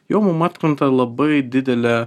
jau mum atkrenta labai didelė